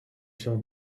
się